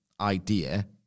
idea